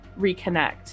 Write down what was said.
reconnect